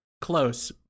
Close